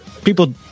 people